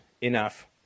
enough